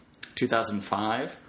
2005